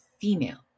female